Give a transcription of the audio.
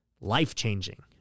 life-changing